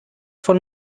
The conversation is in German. von